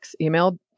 email